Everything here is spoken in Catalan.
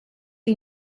que